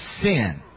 sin